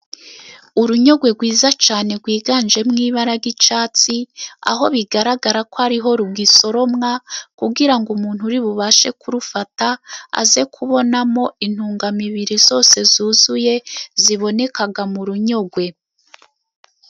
Urunyogwe rwiza cyane rwiganjemo ibara ry'icyatsi, aho bigaragara ko ari ho rugisoromwa kugira ngo umuntu uri bubashe kurufata aze kubonamo intungamubiri zose zuzuye ziboneka mu runyogwe.